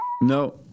no